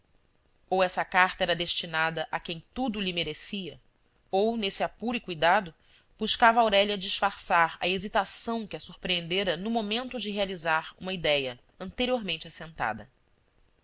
ou essa carta era destinada a quem tudo lhe merecia ou nesse apuro e cuidado buscava aurélia disfarçar a hesitação que a surpreendera no momento de realizar uma idéia anteriormente assentada